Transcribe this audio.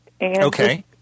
Okay